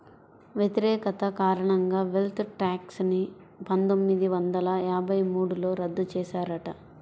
వ్యతిరేకత కారణంగా wealth tax ని పందొమ్మిది వందల యాభై మూడులో రద్దు చేశారట